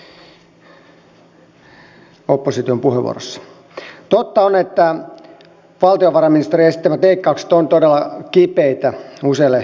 totta on että valtiovarainministerin esittämät leikkaukset ovat todella kipeitä useille ihmisille